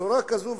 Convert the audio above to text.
בצורה כזאת,